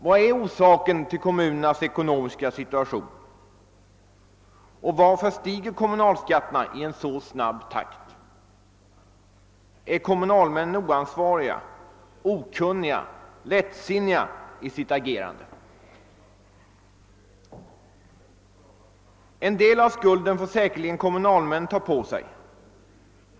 Vad är orsaken till kommunernas ekonomiska situation, och varför stiger kommunalskatterna i en så snabb takt? Är kommunalmännen oansvariga, okunniga, lättsinniga i sitt agerande? En del av skulden får säkerligen kommunalmännen ta på sig.